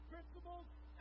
Principles